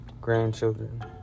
grandchildren